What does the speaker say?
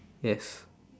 yes